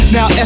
Now